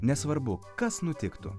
nesvarbu kas nutiktų